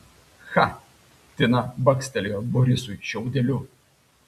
cha tina bakstelėjo borisui šiaudeliu